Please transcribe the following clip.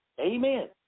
Amen